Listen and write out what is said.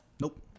Nope